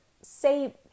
say